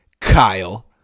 kyle